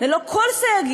ללא כל סייגים.